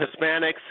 Hispanics